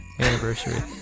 Anniversary